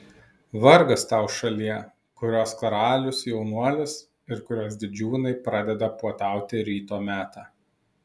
vargas tau šalie kurios karalius jaunuolis ir kurios didžiūnai pradeda puotauti ryto metą